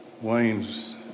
Wayne's